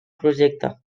projecte